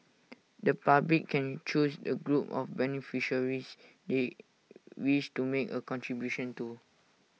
the public can choose the group of beneficiaries they wish to make A contribution to